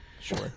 Sure